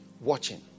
watching